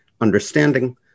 understanding